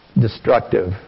destructive